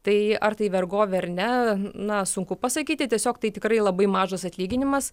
tai ar tai vergovė ar ne na sunku pasakyti tiesiog tai tikrai labai mažas atlyginimas